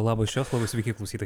labas česlovai sveiki klausytojai